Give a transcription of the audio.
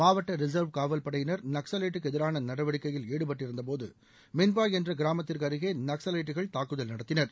மாவட்ட ரிசர்வ் காவல்படையினர் நக்சலைட்டுக்கு எதிரான நடவடிக்கையில் ஈடுபட்டு இருந்தபோது மின்பா என்ற கிராமத்திற்கு அருகே நக்சலைட்டுகள் தாக்குதல் நடத்தினர்